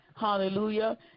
Hallelujah